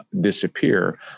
disappear